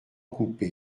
coupés